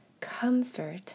comfort